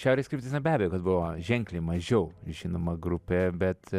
šiaurės kryptis na be abejo kad buvo ženkliai mažiau žinoma grupe bet